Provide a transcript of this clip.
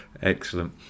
Excellent